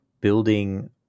building